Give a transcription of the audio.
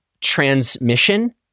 transmission